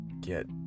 get